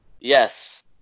yes